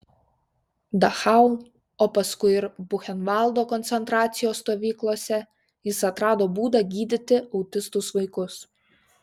dachau o paskui ir buchenvaldo koncentracijos stovyklose jis atrado būdą gydyti autistus vaikus